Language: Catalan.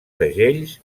segells